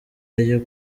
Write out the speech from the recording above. ayo